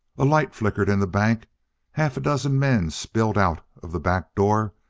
a light flickered in the bank half a dozen men spilled out of the back door,